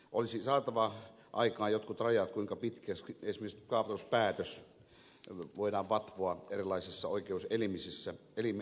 olisi saatava aikaan jotkut rajat kuinka pitkään esimerkiksi kaavoituspäätöstä voidaan vatvoa erilaisissa oikeuselimissä